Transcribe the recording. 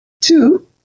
Two